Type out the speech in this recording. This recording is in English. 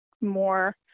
more